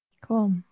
Cool